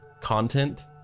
content